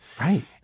Right